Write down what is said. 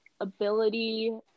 ability